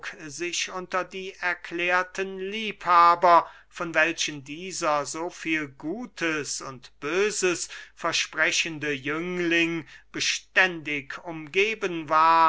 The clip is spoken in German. sich unter die erklärten liebhaber von welchen dieser so viel gutes und böses versprechende jüngling beständig umgeben war